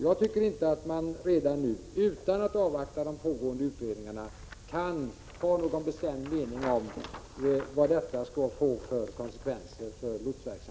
Jag tycker inte att man redan nu, utan att avvakta pågående utredningar, kan ha någon bestämd mening om vilka konsekvenser detta kommer att få för lotsverksamheten i framtiden.